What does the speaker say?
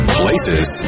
places